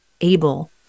able